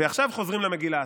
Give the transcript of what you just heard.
ועכשיו חוזרים למגילה.